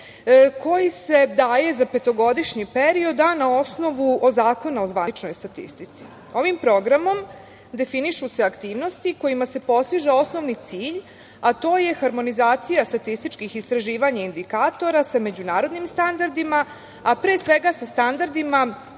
koji se daje za petogodišnji period a na osnovu Zakona o zvaničnoj statistici. Ovim programom definišu se aktivnosti kojima se postiže osnovni cilj, a to je harmonizacija statističkih istraživanja indikatora sa međunarodnim standardima, a pre svega sa standardima